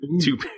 two